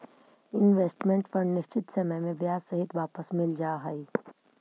investment fund निश्चित समय में ब्याज सहित वापस मिल जा हई